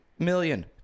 Million